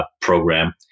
program